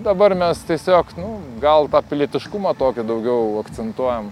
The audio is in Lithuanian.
dabar mes tiesiog nu gal tą pilietiškumą tokį daugiau akcentuojam